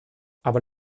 aber